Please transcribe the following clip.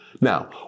Now